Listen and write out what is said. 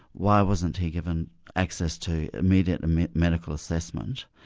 why wasn't he given access to immediate medical assessment?